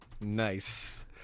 Nice